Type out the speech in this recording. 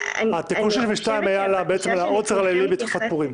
התיקון של 32 הוא על העוצר הלילי בחג פורים.